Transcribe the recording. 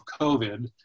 COVID